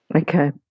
Okay